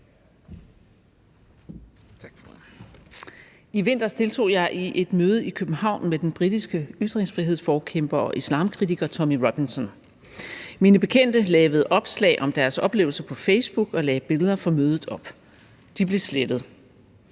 I vinter deltog jeg i et møde i København med den britiske ytringsfrihedsforkæmper og islamkritiker Tommy Robinson. Mine bekendte lavede opslag om deres oplevelser på Facebook og lagde billeder fra mødet op. De blev slettet.